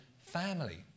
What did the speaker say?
family